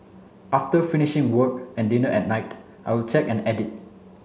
after finishing work and dinner at night I will check and edit